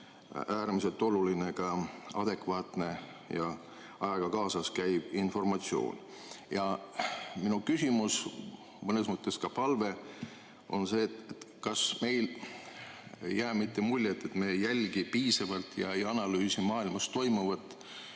äärmiselt oluline ka adekvaatne ja ajaga kaasas käiv informatsioon. Minu küsimus, mõnes mõttes ka palve on see: kas ei jää mitte muljet, et me ei jälgi piisavalt ega analüüsi maailmas toimuvat